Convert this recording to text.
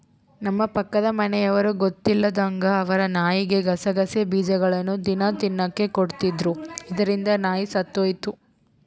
ನಮ್ಮ ಪಕ್ಕದ ಮನೆಯವರು ಗೊತ್ತಿಲ್ಲದಂಗ ಅವರ ನಾಯಿಗೆ ಗಸಗಸೆ ಬೀಜಗಳ್ನ ದಿನ ತಿನ್ನಕ ಕೊಡ್ತಿದ್ರು, ಇದರಿಂದ ನಾಯಿ ಸತ್ತೊಯಿತು